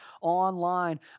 online